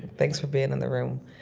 thanks for being in the room.